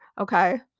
Okay